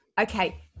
okay